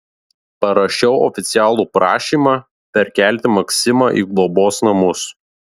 parašiau oficialų prašymą perkelti maksimą į globos namus